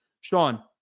Sean